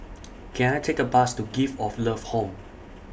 Can I Take A Bus to Gift of Love Home